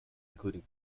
including